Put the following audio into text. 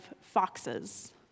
foxes